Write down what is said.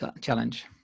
challenge